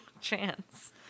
chance